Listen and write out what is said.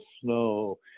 snow